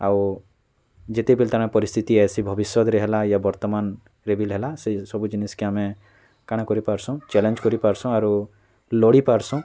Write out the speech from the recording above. ଆଉ ଯେତେବେଲେ ତା'ର୍ ପରିସ୍ଥିତି ଆସି ଭବିଷ୍ୟତ୍ରେ ହେଲା କି ବର୍ତ୍ତମାନ୍ରେ ବି ହେଲା ସେ ସବୁ ଜିନିଷ୍କେ ଆମେ କାଣା କରି ପାର୍ସୁ ଚାଲେଞ୍ କରି ପାର୍ସୁ ଆରୁ ଲଢ଼ି ପାର୍ସୁ